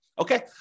okay